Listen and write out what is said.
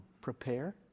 Prepare